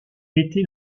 était